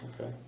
Okay